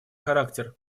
характер